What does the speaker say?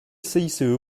cice